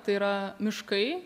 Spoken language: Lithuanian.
tai yra miškai